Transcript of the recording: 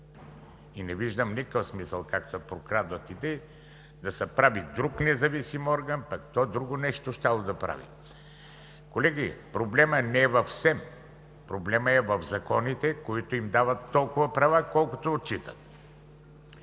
И не виждам никакъв смисъл – както се прокрадват идеи, да се прави друг независим орган, пък то друго нещо щяло да прави… Колеги, проблемът не е в СЕМ, проблемът е в законите, които им дават толкова права, колкото отчитат.